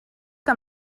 que